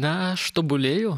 na aš tobulėju